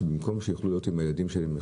שבמקום שיוכלו להיות עם הילדים שלהם,